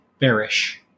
bearish